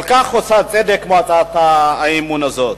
כל כך עושה צדק, כמו הצעת האי-אמון הזאת.